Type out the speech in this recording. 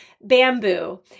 bamboo